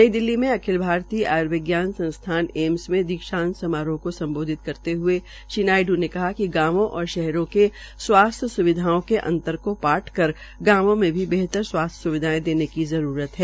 नई दिल्ली में अखिल भारतीय आय्र्विज्ञान संस्थान एम्स मे दीक्षांत समारोह को सम्बोधित करते हए श्री नायडू ने कहा कि गांवों और शहरों के स्वास्थ्य स्विधाओं के अंतर को पार कर बेहतर स्वास्थ्य सेवायें देने की जरूरत है